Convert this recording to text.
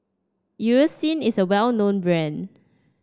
Eucerin is a well known brand